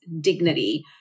dignity